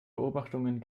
beobachtungen